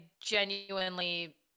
genuinely